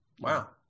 Wow